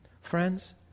Friends